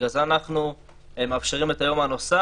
בגלל זה אנחנו מאפשרים את היום הנוסף.